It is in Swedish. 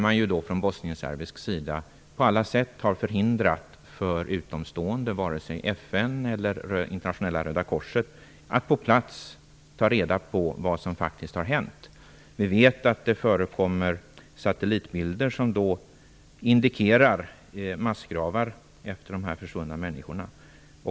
Man har från bosnienserbisk sida på alla sätt förhindrat för utomstående, såväl FN som Internationella Röda korset, att på plats ta reda på vad som faktiskt har hänt. Vi vet att det har förekommit satellitbilder som indikerar massgravar efter de försvunna människorna.